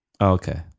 Okay